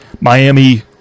Miami